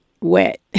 wet